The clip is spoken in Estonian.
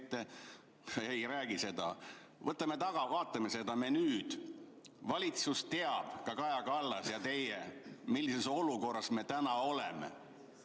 Ei räägi seda. Võtame aega, vaatame seda menüüd. Valitsus teab, ka Kaja Kallas ja teie teate, millises olukorras me täna oleme.